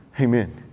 Amen